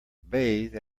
bathe